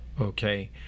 okay